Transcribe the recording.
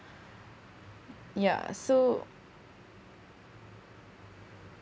yeah so